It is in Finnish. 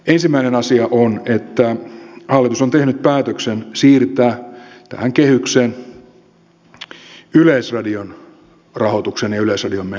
ensimmäinen asia on että hallitus on tehnyt päätöksen siirtää tähän kehykseen yleisradion rahoituksen ja yleisradion menot